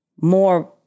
more